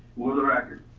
for the record.